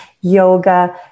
yoga